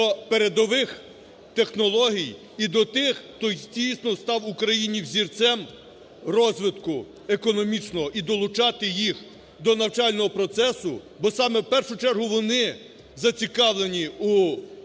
до передових технологій і до тих, хто дійсно став Україні взірцем розвитку економічного і долучати їх до навчального процесу, бо саме в першу чергу вони зацікавлені у випуску